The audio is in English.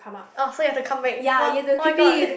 oh so you have to come back for oh-my-god